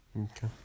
Okay